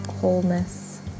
wholeness